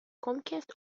comcast